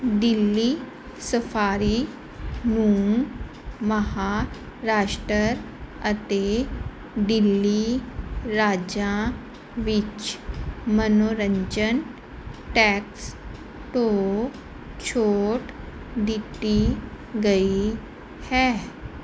Delhi Safari ਨੂੰ ਮਹਾਂਰਾਸ਼ਟਰ ਅਤੇ ਦਿੱਲੀ ਰਾਜਾਂ ਵਿੱਚ ਮਨੋਰੰਜਨ ਟੈਕਸ ਤੋਂ ਛੋਟ ਦਿੱਤੀ ਗਈ ਹੈ